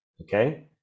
okay